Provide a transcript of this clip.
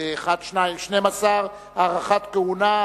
12) (הארכת כהונה),